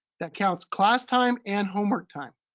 that counts class time and homework time.